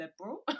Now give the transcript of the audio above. liberal